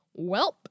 Welp